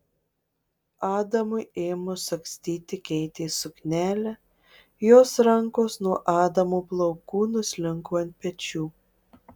adamui ėmus sagstyti keitės suknelę jos rankos nuo adamo plaukų nuslinko ant pečių